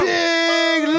big